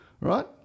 right